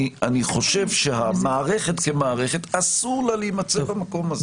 אני חושב שלמערכת כמערכת אסור להימצא במקום הזה.